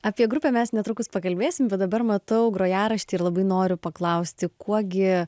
apie grupę mes netrukus pakalbėsim va dabar matau grojaraštį ir labai noriu paklausti kuo gi